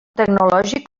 tecnològic